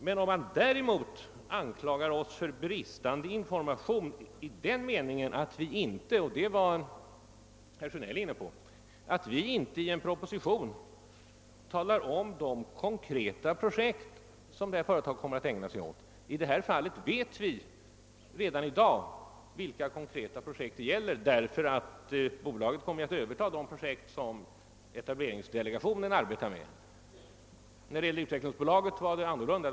Man bör inte anklaga oss för bristande information i den meningen att vi inte — herr Sjönell var inne på detta — i en proposition talar om de konkreta projekt som det här företaget kommer att ägna sig åt. I det fallet vet vi redan i dag vilka konkreta projekt det gäller, därför att bolaget kommer att överta de projekt som etableringsdelegationen arbetar med. I fråga om Utvecklingsbolaget var det annorlunda.